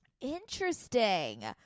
Interesting